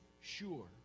sure